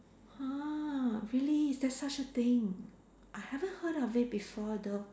!huh! really there's such a thing I haven't heard of it before though